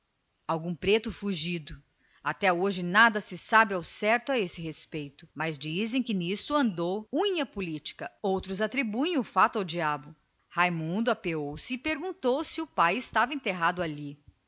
algum preto fugido até hoje nada se sabe ao certo mas dizem que nisto andou unha política outros atribuem o fato ao diabo bobagens raimundo apeou-se e indagou se o pai estava enterrado ali